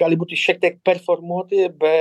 gali būti šiek tiek performuoti bet